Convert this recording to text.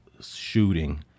shooting